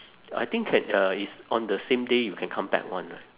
I think can ya it's on the same day you can come back [one] right